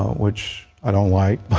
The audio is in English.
which i don't like, but